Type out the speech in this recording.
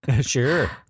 Sure